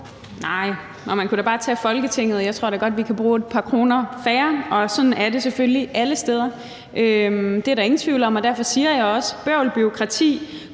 Nej, og man kunne da bare tage Folketinget, og jeg tror da godt, vi kan bruge et par kroner færre, og sådan er det selvfølgelig alle steder. Det er der ingen tvivl om, og derfor siger jeg også, at